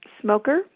smoker